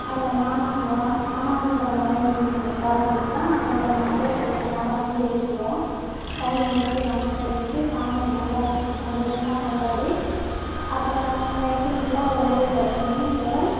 அந்த மாமாங்களெல்லாம் மாமாங்கிற முறைகாரர்களுக்குல்லாம் நாங்கள் அந்த மஞ்சள் தண்ணியை மேலே மோண்டு ஊற்றுவோம் தண்ணியை ஊற்றி மஞ்சள் தண்ணியை ஊற்றி சாமியை நல்லா சந்தோஷமா கொண்டாடி அப்புறம் நைட்டுஃபுல்லாக ஒம்பது பத்து மணியை போல்